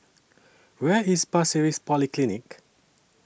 Where IS Pasir Ris Polyclinic